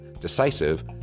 decisive